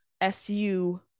SU